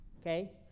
Okay